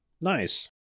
Nice